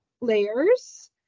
layers